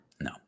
No